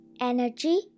energy